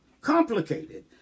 complicated